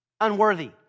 unworthy